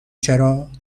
چرا